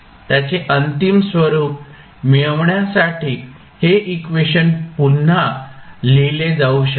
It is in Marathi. त्याचे अंतिम स्वरूप मिळवण्यासाठी हे इक्वेशन पुन्हा लिहिले जाऊ शकते